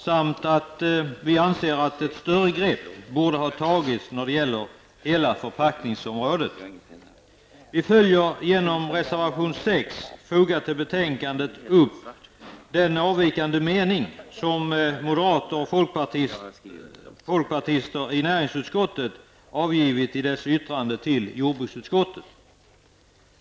Vi anser också att ett större grepp borde ha tagits när det gäller hela förpackningsområdet. Genom reservation 6 i betänkandet följer vi upp den avvikande mening som moderater och folkpartister i näringsutskottet tillkännagivit i dess yttrande till jordbruksutskottet.